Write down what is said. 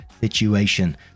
situation